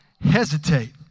hesitate